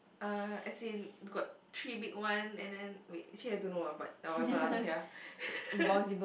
uh as in got three big one and then wait I actually I don't know ah but whatever lah don't care ah